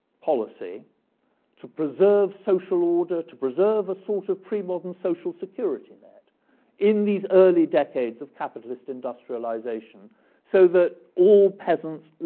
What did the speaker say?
policy to preserve social order to preserve a sort of premodern social security net in these early decades of capitalist industrialization so that all peasants,